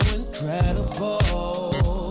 incredible